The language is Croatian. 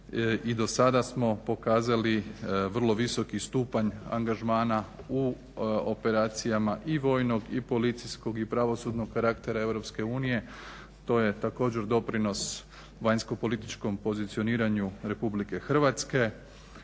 I do sada smo pokazali vrlo visoki stupanj angažmana u operacijama i vojnog i policijskog i pravosudnog karaktera Europske unije, to je također doprinos vanjskopolitičkom pozicioniranju Republike Hrvatske.